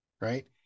right